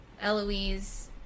Eloise